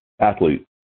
athlete